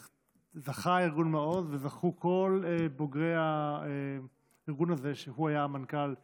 זכה ארגון מעוז וזכו כל בוגרי הארגון הזה שהוא היה המנכ"ל בתקופתם.